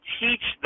teach